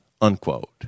unquote